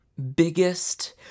biggest